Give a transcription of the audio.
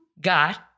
got